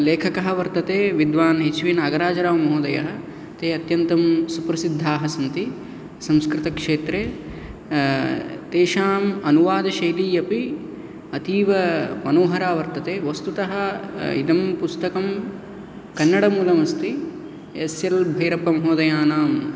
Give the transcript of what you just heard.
लेखकः वर्तते विद्वान् एच् वी नागराजराव् महोदयः ते अत्यन्तं सुप्रसिद्धाः सन्ति संस्कृतक्षेत्रे तेषाम् अनुवादशैली अपि अतीव मनोहरा वर्तते वस्तुतः इदं पुस्तकं कन्नडमूलमस्ति एस् एल् भैरप्प महोदयानां